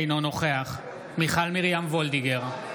אינו נוכח מיכל מרים וולדיגר,